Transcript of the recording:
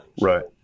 Right